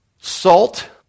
Salt